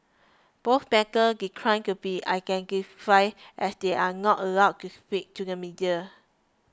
both bankers declined to be identified as they are not allowed to speak to the media